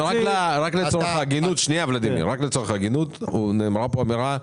לצורך ההגינות, נאמרה פה אמירה,